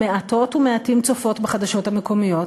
מעטות ומעטים צופות בחדשות המקומיות.